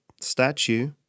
statue